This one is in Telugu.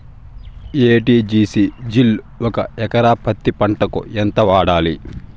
ఎ.టి.జి.సి జిల్ ఒక ఎకరా పత్తి పంటకు ఎంత వాడాలి?